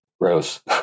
gross